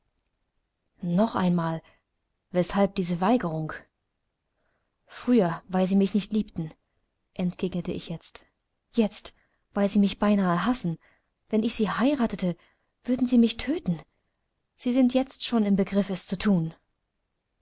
noch einmal weshalb diese weigerung früher weil sie mich nicht liebten entgegnete ich jetzt weil sie mich beinahe hassen wenn ich sie heiratete würden sie mich töten sie sind jetzt schon im begriff es zu thun